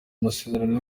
amasezerano